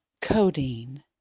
Codeine